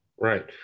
Right